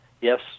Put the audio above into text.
Yes